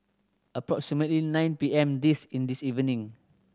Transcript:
approximately nine P M this in this evening